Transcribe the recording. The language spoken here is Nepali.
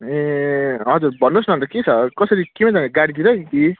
ए हजुर भन्नु होस् न अन्त के छ कसरी केमा जाने गाडीतिरै कि